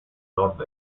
nord